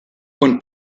und